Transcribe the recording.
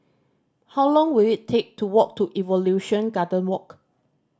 how long will it take to walk to Evolution Garden Walk